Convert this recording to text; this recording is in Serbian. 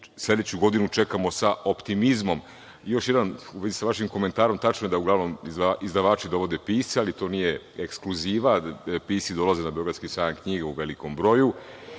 sledeću godinu čekamo da optimizmom. Još jedno, u vezi sa vašim komentarom, tačno je da uglavnom izdavači dovode pisce, ali to nije ekskluziva, pisci dolaze na Beogradski sajam knjiga u velikom broju